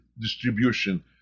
distribution